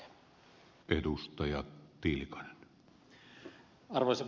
arvoisa puhemies